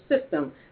system